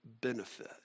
benefit